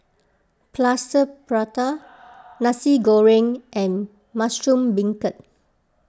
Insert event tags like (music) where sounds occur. Plaster Prata (noise) Nasi Goreng and Mushroom Beancurd